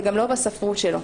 וגם לא בספרות שלו.